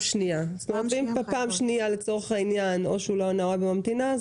זאת אומרת שאם בפעם השנייה או שהוא לא ענה או שהוא היה בממתינה,